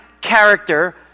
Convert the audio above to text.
character